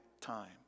time